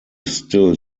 still